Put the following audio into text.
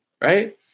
right